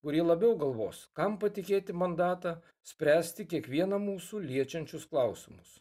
kurie labiau galvos kam patikėti mandatą spręsti kiekvieną mūsų liečiančius klausimus